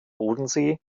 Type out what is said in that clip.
bodensee